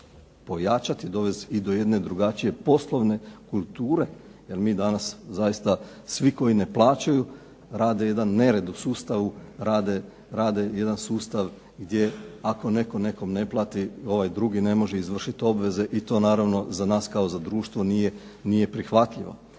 pojačati i dovesti i do jedne drugačije poslovne kulture, jer mi danas zaista svi koji ne plaćaju rade jedan nered u sustavu, rade jedan sustav gdje ako netko nekom ne plati ovaj drugi ne može izvršiti obveze i to naravno za nas kao za društvo nije prihvatljivo.